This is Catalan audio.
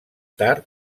tard